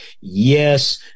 Yes